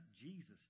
Jesus